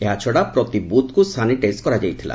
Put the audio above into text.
ଏହାଛଡ଼ା ପ୍ରତି ବୁଥ୍କୁ ସାନିଟାଇଜ୍ କରାଯାଇଥିଲା